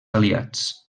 aliats